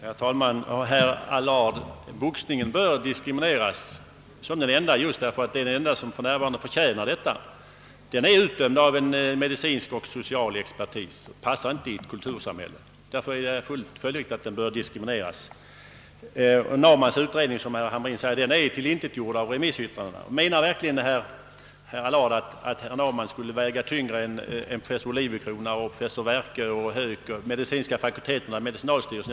Herr talman! Endast boxningen bör diskrimineras, herr Allard, därför att den är den enda idrott som för närvarande förtjänar detta. Den är utdömd av medicinsk och social expertis och passar inte i ett kultursarahälle och därför är det följdriktigt att den diskrimineras. Som herr Hamrin i Jönköping säger är docent Naumanns utredning tillintetgjord av <remissyttrandena. Menar verkligen herr Allard att docent Nau manns ord skulle väga tyngre än professorerna Olivecronas, Werkös och Hööks samt de medicinska fakulteternas och medicinalstyrelsens?